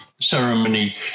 ceremony